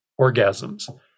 orgasms